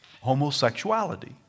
homosexuality